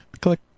Click